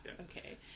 okay